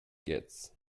gets